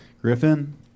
Griffin